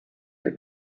for